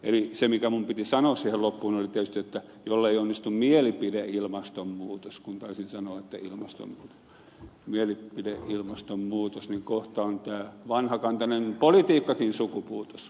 eli se mikä minun piti sanoa siihen loppuun oli tietysti että jollei onnistu mielipideilmastonmuutos kun taisin sanoa että ilmastonmuutos mielipideilmastonmuutos niin kohta on tämä vanhakantainen politiikkakin sukupuutossa